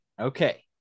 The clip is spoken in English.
okay